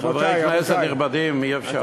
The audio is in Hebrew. חברי כנסת נכבדים, אי-אפשר.